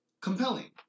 Compelling